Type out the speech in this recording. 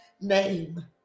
name